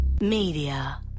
media